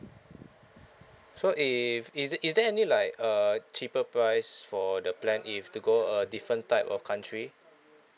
so if is it is there any like uh cheaper price for the plan if to go a different type of country